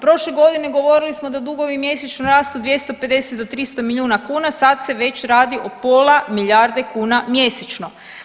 Prošle godine govorili smo da dugovi mjesečno rastu 250 do 300 milijuna kuna sad se već radi o pola milijarde kuna mjesečno.